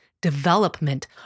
development